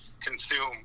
consume